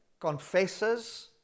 confesses